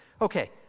Okay